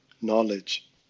knowledge